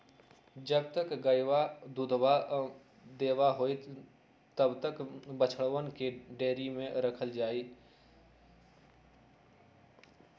जब तक गयवा दूधवा देवा हई तब तक बछड़वन के डेयरी में रखल जाहई